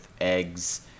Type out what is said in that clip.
eggs